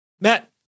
Matt